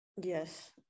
Yes